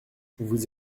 vous